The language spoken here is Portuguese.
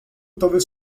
talvez